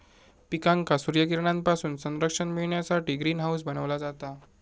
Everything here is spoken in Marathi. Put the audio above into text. पिकांका सूर्यकिरणांपासून संरक्षण मिळण्यासाठी ग्रीन हाऊस बनवला जाता